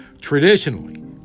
Traditionally